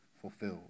fulfilled